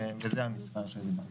וזה המספר שדיברנו עליו.